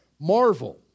marvel